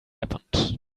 happened